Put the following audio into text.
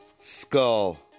Skull